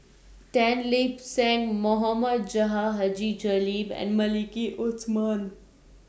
Tan Lip Seng Mohamed Haji Jamil and Maliki Osman